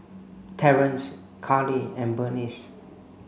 Terance Carlie and Bernice